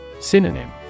Synonym